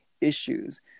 issues